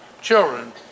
children